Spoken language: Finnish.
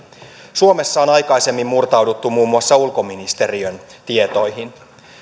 suomessa on aikaisemmin murtauduttu muun muassa ulkoministeriön tietoihin